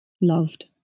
loved